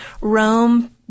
Rome